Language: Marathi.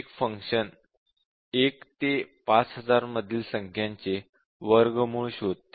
एक फंक्शन 1 ते 5000 मधील संख्याचे वर्गमूळ शोधते